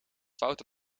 foute